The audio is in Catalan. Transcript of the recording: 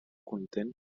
content